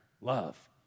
love